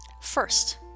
First